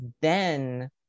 Then-